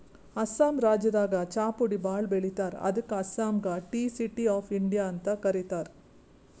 ಅಸ್ಸಾಂ ರಾಜ್ಯದಾಗ್ ಚಾಪುಡಿ ಭಾಳ್ ಬೆಳಿತಾರ್ ಅದಕ್ಕ್ ಅಸ್ಸಾಂಗ್ ಟೀ ಸಿಟಿ ಆಫ್ ಇಂಡಿಯಾ ಅಂತ್ ಕರಿತಾರ್